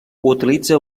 utilitza